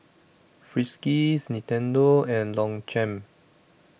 Friskies Nintendo and Longchamp